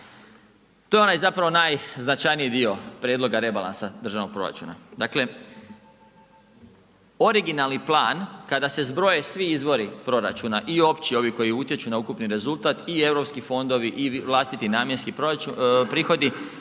to je onaj zapravo najznačajniji dio prijedloga rebalansa državnog proračuna. Dakle, originalni plan kada se zbroje svi izvori proračuna i opći ovi koji utječu na ukupan rezultat i europski fondovi i vlastiti namjenski prihodi,